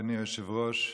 אדוני היושב-ראש,